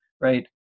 right